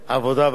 הרווחה והבריאות.